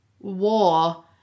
war